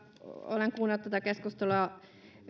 olen kuunnellut tätä keskustelua ja